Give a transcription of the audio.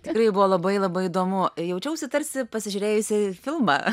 tikrai buvo labai labai įdomu ir jaučiausi tarsi pasižiūrėjusi filmą